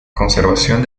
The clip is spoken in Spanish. conservación